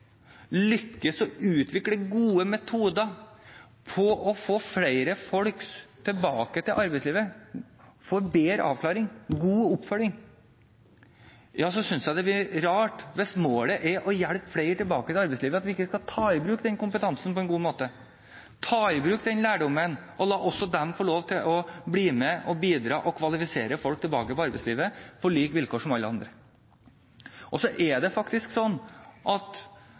lykkes med å utvikle gode metoder for å få flere folk tilbake til arbeidslivet for bedre avklaring og god oppfølging, da synes jeg det blir rart – hvis målet er å hjelpe flere tilbake til arbeidslivet – at man ikke skal ta i bruk kompetansen på en god måte, ta i bruk den lærdommen og også la dem få lov til å bli med og bidra og kvalifisere folk tilbake til arbeidslivet på like vilkår med alle andre. Det er faktisk sånn at